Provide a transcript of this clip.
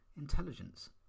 intelligence